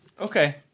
Okay